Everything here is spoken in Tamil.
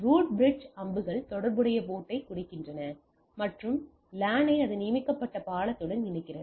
ரூட் பிரிட்ஜ் அம்புகள் தொடர்புடைய போர்ட்டைக் குறிக்கின்றன மற்றும் லானை அதன் நியமிக்கப்பட்ட பாலத்துடன் இணைக்கிறது